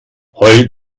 heul